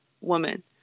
woman